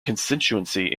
constituency